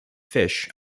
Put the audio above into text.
fish